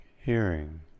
hearing